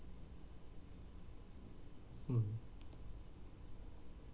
mm